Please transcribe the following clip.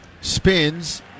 Spins